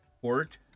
Port